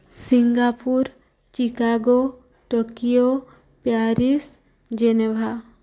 Singapore Chicago Tokyo Paris Geneva